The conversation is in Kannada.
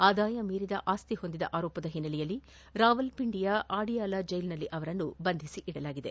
ಆದಾಯ ಮೀರಿದ ಆಸ್ತಿ ಹೊಂದಿದ ಆರೋಪದ ಹಿನ್ನೆಲೆಯಲ್ಲಿ ರಾವಲ್ ಒಂಡಿಯ ಆಡಿಯಾಲ ಜೈಲ್ನಲ್ಲಿ ಅವರನ್ನು ಬಂಧಿಸಿಡಲಾಗಿದೆ